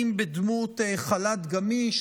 אם בדמות חל"ת גמיש,